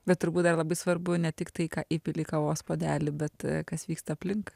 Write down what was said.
bet turbūt dar labai svarbu ne tik tai ką įpyli į kavos puodelį bet kas vyksta aplink